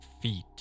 feet